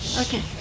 Okay